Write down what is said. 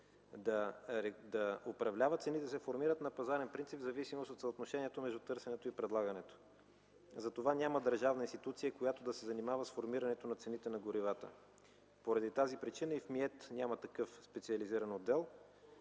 да управлява, цените се формират на пазарен принцип в зависимост от съотношението между търсенето и предлагането. Затова няма държавна институция, която да се занимава с формирането на цените на горивата, поради тази причина и в Министерството